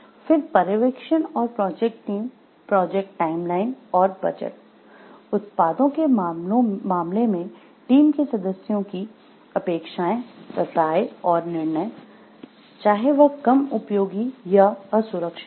फिर पर्यवेक्षण और प्रोजेक्ट टीम प्रोजेक्ट टाइमलाइन और बजट उत्पादों के मामले में टीम के सदस्यों की अपेक्षाएँ राय और निर्णय चाहे वह कम उपयोगी या असुरक्षित हो